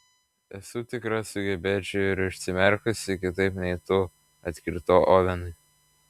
esu tikra sugebėčiau ir užsimerkusi kitaip nei tu atkirtau ovenui